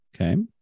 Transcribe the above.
Okay